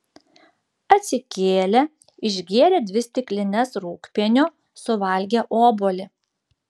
atsikėlė išgėrė dvi stiklines rūgpienio suvalgė obuolį